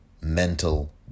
mental